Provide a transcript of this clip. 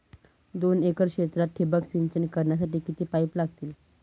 दोन एकर क्षेत्रात ठिबक सिंचन करण्यासाठी किती पाईप लागतील?